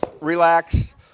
relax